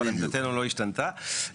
אבל עמדתינו לא השתנתה.